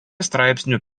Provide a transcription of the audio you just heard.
straipsnių